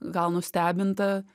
gal nustebinta